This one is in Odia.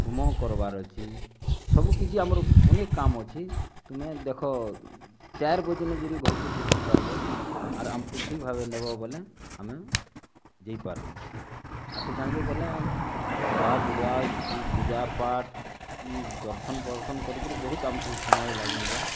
ହୁମ କର୍ବାର୍ ଅଛି ସବୁକିଛି ଆମର୍ ଅନେକ୍ କାମ୍ ଅଛି ତୁମେ ଦେଖ ଚାର୍ ବଜେନ ଯଦି ଘର୍କେ ପହଞ୍ଚିପାର୍ବ ଆର୍ ଆମକୁ ଠିକ୍ ଭାବରେ ନେବ ବୋଲେ ଆମେ ଯାଇପାରମୁଁ ଆର୍ ସେଠାନ୍ କେ ଗଲେ ଗଦାବୁଡ଼ା ବି ପୂଜାପାଠ୍ ଇ ଦର୍ଶନ୍ଫର୍ଶନ୍ କରିକିରି ବହୁତ୍ ଆମକୁ ସମୟ ଲାଗିଯିବା